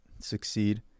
succeed